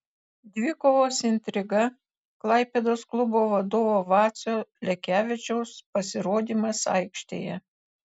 dvikovos intriga klaipėdos klubo vadovo vacio lekevičiaus pasirodymas aikštėje